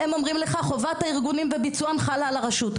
הם אומרים לך חובת הארגונים בביצועם חלה על הרשות,